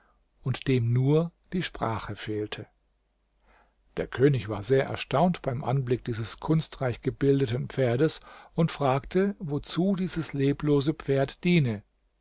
und dem nur die sprache fehlte der könig war sehr erstaunt beim anblick dieses kunstreich gebildeten pferdes und fragte wozu dieses leblose pferd diene